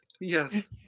Yes